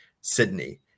Sydney